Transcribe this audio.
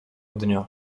dnia